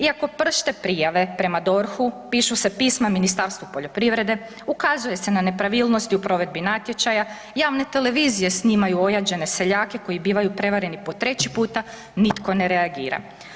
Iako pršte prijave prema DORH-u pišu se pisma Ministarstvu poljoprivrede, ukazuje se na nepravilnosti u provedbi natječaja, javne televizije snimaju ojađene seljake koji bivaju prevareni po 3. puta, nitko ne reagira.